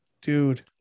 dude